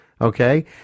Okay